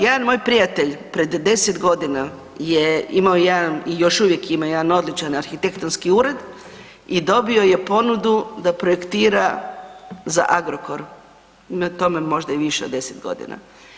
Jedan moj prijatelj pred 10 godina je imao jedan i još uvijek ima jedan odličan arhitektonski ured i dobio je ponudu da projektira za Agrokor, ima tome možda i više od 10 godina.